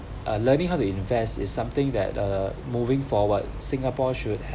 uh learning how to invest is something that uh moving forward singapore should have